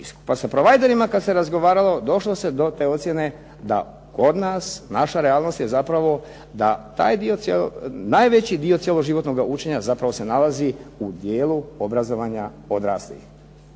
pa sa provajderima kad se razgovaralo došlo se do te ocjene da kod nas, naša realnog je zapravo da najveći dio cjeloživotnoga učenja zapravo sa nalazi u dijelu obrazovanja odraslih.